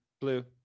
Blue